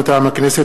מטעם הכנסת,